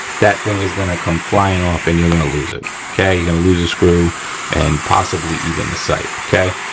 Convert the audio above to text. that thing is gonna come flying off and you're gonna lose it. okay, you're gonna lose the screw and possibly even the sight, okay.